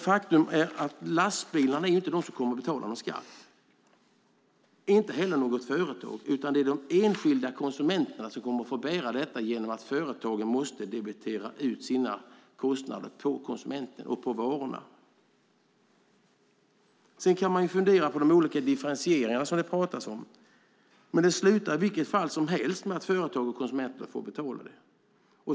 Faktum är att det inte är lastbilarna som kommer att betala någon skatt, inte heller något företag, utan det är de enskilda konsumenterna som kommer att få bära detta genom att företagen måste debitera ut sina kostnader på varorna och på konsumenterna. Sedan kan man fundera på de olika differentieringar som det talas om. Det slutar i vilket fall som helst med att företagen och konsumenterna får betala det.